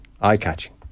eye-catching